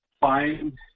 find